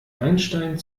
einstein